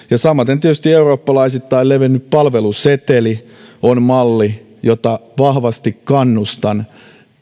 samaten tietysti eurooppalaisittain levinnyt palveluseteli on malli jota vahvasti kannustan